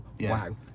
wow